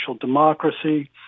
democracy